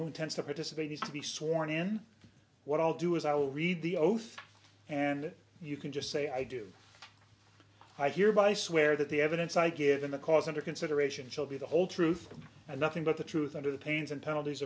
who intends to participate is to be sworn in what i'll do is i will read the oath and you can just say i do i hereby swear that the evidence i give in the cause under consideration she'll be the whole truth and nothing but the truth under the pains and penalties